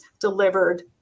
delivered